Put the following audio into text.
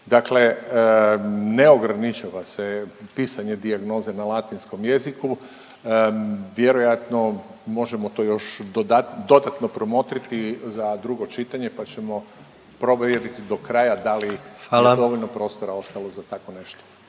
Dakle ne ograničava se pisanje dijagnoza na latinskom jeziku, vjerojatno možemo to još dodatno promotriti za drugo čitanje, pa ćemo probati vidjeti do kraja da li … .../Upadica: Hvala./... je dovoljno prostora ostalo za tako nešto.